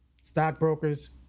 stockbrokers